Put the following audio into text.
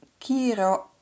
Kiro